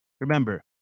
remember